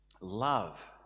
Love